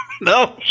No